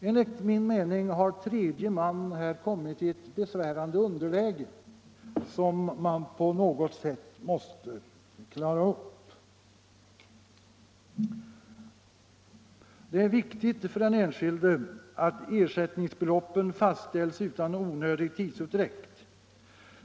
Enligt min mening har tredje man här kommit i ett besvärande underläge, och det måste man på något sätt avhjälpa. Det är viktigt för den enskilde att ersättningsbeloppet fastställs utan onödig tidsutdräkt.